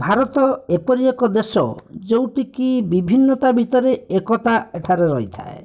ଭାରତ ଏପରି ଏକ ଦେଶ ଯେଉଁଠିକି ବିଭିନ୍ନତା ଭିତରେ ଏକତା ଏଠାରେ ରହିଥାଏ